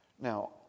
Now